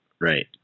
Right